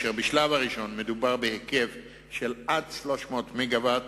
ובשלב הראשון מדובר בהיקף של עד 300 מגוואט